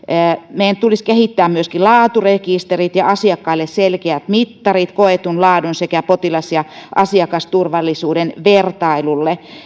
meidän tulisi kehittää myöskin laaturekisterit ja asiakkaille selkeät mittarit koetun laadun sekä potilas ja asiakasturvallisuuden vertailulle